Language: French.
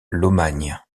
lomagne